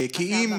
כי אם